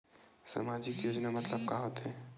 सामजिक योजना मतलब का होथे?